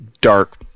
dark